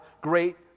great